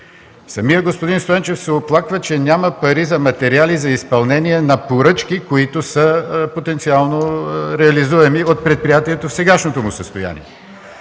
Самият господин Стоенчев се оплаква, че няма пари за материали за изпълнение на поръчки, които са потенциално реализуеми от предприятието в сегашното му състояние!